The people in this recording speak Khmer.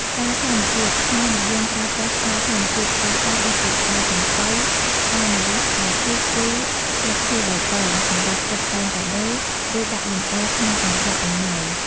ផ្កាធម្មជាតិ ខ្មែរនិយមប្រើប្រាស់ផ្កាធម្មជាតិស្រស់ៗ ដូចជា ផ្កាចំប៉ី ផ្កាម្លិះ ផ្កាឈូក ឬ ស្លឹកឈើបៃតង សម្រាប់តុបតែងកាដូរ ឬដាក់លម្អក្នុងកន្ត្រកអំណោយ។